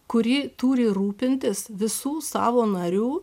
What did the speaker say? kuri turi rūpintis visų savo narių